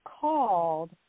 called